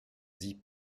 dits